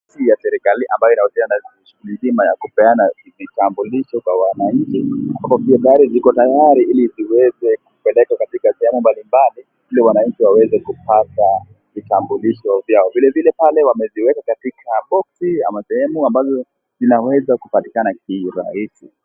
Ofisi ya serikali ambayo inahusiana na shuguli nzima ya kupeana vitambulisho kwa wananchi ambapo pia gari ziko tayari hili ziweze kupelekwa katika sehemu mbalimbali hili wanainchi waweze kupata vitambulisho vyao. Vile vile pale wameziweka katika box ama sehemu zinaweza kupatikana kwa rahisi.